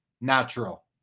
natural